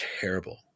terrible